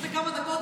כמה דקות